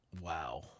Wow